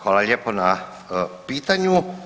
Hvala lijepo na pitanju.